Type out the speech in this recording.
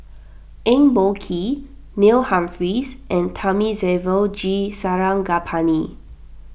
Eng Boh Kee Neil Humphreys and Thamizhavel G Sarangapani